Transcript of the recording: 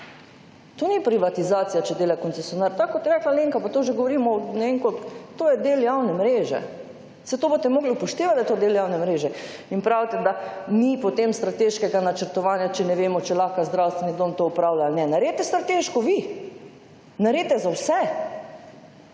To ni privatizacija, če dela koncesionar. Tako kot je rekla Alenka, pa to že govorimo, ne vem koliko, to je del javne mreže. Saj to boste morali upoštevati, da je to del javne mreže. In pravite, da ni potem strateškega načrtovanja, če ne vemo, ča lahko zdravstveni dom to opravlja ali ne. Narediti strateško vi. Naredite za vse.